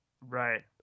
Right